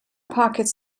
pockets